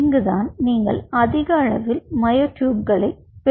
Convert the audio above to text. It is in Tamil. அங்குதான் நீங்கள் அதிகளவில் மயோட்யூப்களைப் பெறுகிறீர்கள்